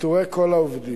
ופיטורי כל העובדים,